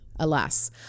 alas